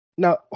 Now